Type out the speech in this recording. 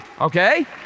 Okay